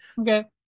Okay